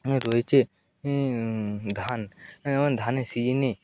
রয়েছে ধান যেমন ধানের সিজনে